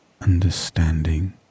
Understanding